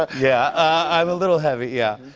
ah yeah i'm a little heavy, yeah.